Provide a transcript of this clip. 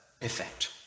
effect